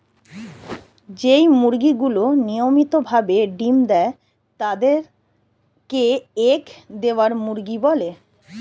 যেই মুরগিগুলি নিয়মিত ভাবে ডিম্ দেয় তাদের কে এগ দেওয়া মুরগি বলে